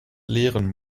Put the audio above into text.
leeren